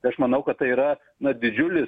tai aš manau kad tai yra na didžiulis